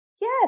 Yes